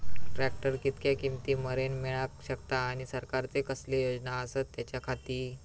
Tractor कितक्या किमती मरेन मेळाक शकता आनी सरकारचे कसले योजना आसत त्याच्याखाती?